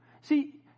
See